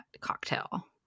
Cocktail